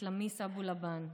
למיס אבו לבן,